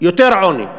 יותר עוני.